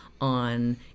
on